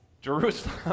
Jerusalem